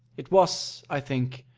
it was, i think,